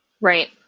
Right